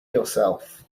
yourself